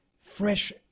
fresh